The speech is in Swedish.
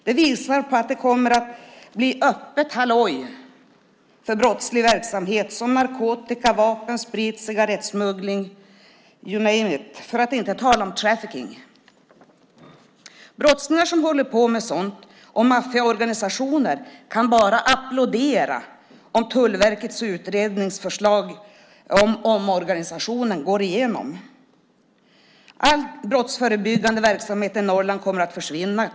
Det kommer att bli öppet halloj för brottslig verksamhet - narkotika-, vapen-, sprit och cigarettsmuggling, för att inte tala om trafficking. Brottslingar och maffiaorganisationer som håller på med sådant kan bara applådera om Tullverkets utredningsförslag om omorganisation går igenom. All brottsförebyggande verksamhet i Norrland kommer att försvinna.